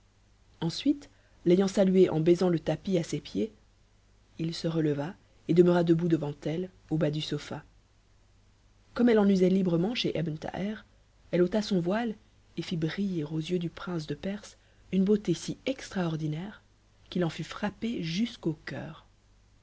ensuite l'ayant saluée en bais nil le tapis à ses pieds il se releva et demeura debout devant elle au bas du sofa comme elle en usait librement chez ebn thaher e eôta son voile et fit briller aux yeux du prince de perse une beauté si extraordiuait'o qu'il en fut frappé jusqu'au cœur